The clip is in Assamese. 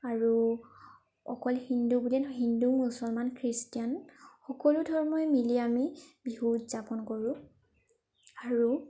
আৰু অকল হিন্দু বুলিয়ে নহয় হিন্দু মুছলমান খ্ৰীষ্টিয়ান সকলো ধৰ্মই মিলি আমি বিহু উদযাপন কৰোঁ আৰু